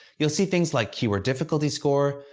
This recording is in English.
you'll see things like keyword difficulty score,